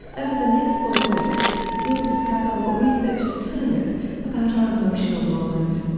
over the next four weeks we'll discover what research is telling us about our emotional mind.